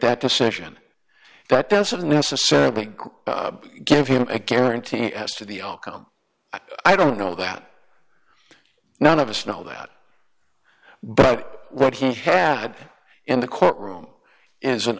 that decision that doesn't necessarily give him a guarantee as to the outcome i don't know that none of us know that but what he had in the courtroom is an